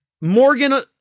Morgan